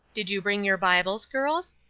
did you bring your bibles, girls?